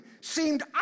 seemed